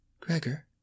Gregor